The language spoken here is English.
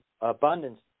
abundance